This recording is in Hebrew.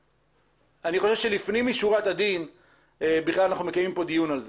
אני חושב שלפנים משורת הדין אנחנו מקיימים כאן את הדיון על כך.